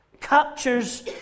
captures